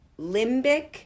limbic